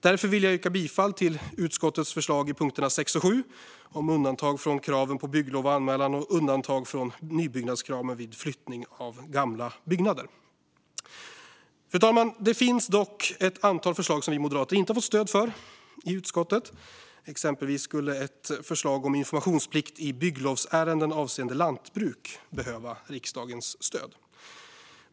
Därför vill jag yrka bifall till utskottets förslag under punkterna 6 och 7 om undantag från kraven på bygglov och anmälan och undantag från nybyggnadskraven vid flyttning av gamla byggnader. Fru talman! Det finns dock ett antal förslag som vi moderater inte har fått stöd för i utskottet. Exempelvis skulle ett förslag om informationsplikt i bygglovsärenden avseende lantbruk behöva riksdagens stöd.